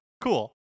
cool